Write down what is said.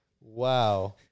Wow